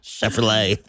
Chevrolet